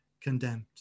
condemned